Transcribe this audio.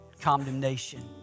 condemnation